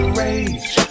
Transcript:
rage